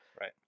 Right